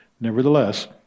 Nevertheless